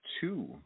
Two